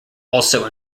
also